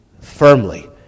firmly